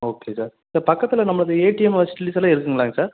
okay sir sir பக்கத்தில் நமக்கு ATM ஃபெசிலிட்டிஸ்லாம் இருக்குங்களாங்க சார்